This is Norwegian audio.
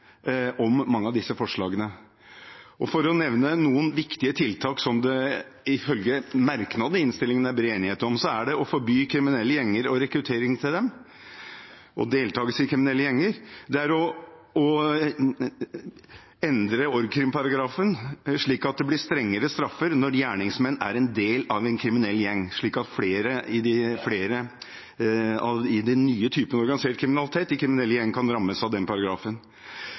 om mange av disse forslagene. Noen viktige tiltak som det ifølge merknadene i innstillingen er bred enighet om, er bl.a. å forby kriminelle gjenger og rekruttering til dem og deltakelse i kriminelle gjenger. Det er å endre org.krim-paragrafen slik at det blir strengere straffer når gjerningsmenn er en del av en kriminell gjeng, slik at flere i den nye typen organisert kriminalitet i kriminelle gjenger kan rammes av den paragrafen.